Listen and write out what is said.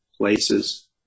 places